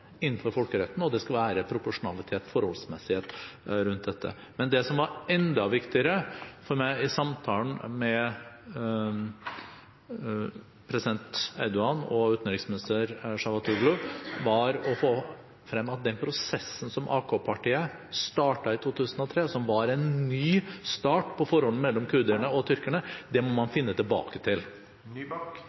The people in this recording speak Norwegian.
innenfor folkeretten, og det skal være proporsjonalitet, forholdsmessighet, rundt dette. Men det som var enda viktigere for meg i samtalen med president Erdogan og utenriksminister Cavusoglu, var å få frem at den prosessen som AK-partiet startet i 2003, som var en ny start på forholdet mellom kurderne og tyrkerne, må man finne tilbake til.